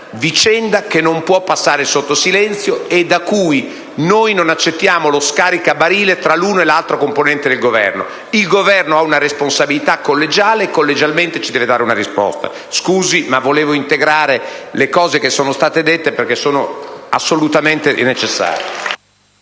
vicenda che non può passare sotto silenzio e su cui noi non accettiamo lo scaricabarile tra l'uno e l'altro componente del Governo. L'Esecutivo ha una responsabilità collegiale e collegialmente ci deve dare una risposta. Scusi, signor Presidente, ma volevo integrare le cose che sono state dette, perché è assolutamente necessario.